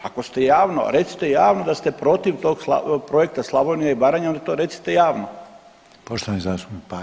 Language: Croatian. Ako ste javno, recite javno da ste protiv tog projekta Slavnija i Baranja, onda to recite javno.